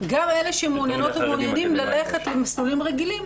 גם אלה שמעוניינות ומעוניינים ללכת למסלולים רגילים,